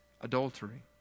adultery